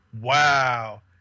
wow